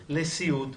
לסיעוד.